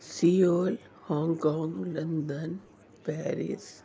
Seoul Hong Kong London Paris